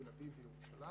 בתל אביב ובירושלים,